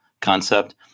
concept